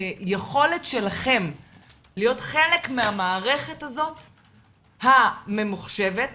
היכולת שלהם להיות חלק מהמערכת הממוחשבת הזאת,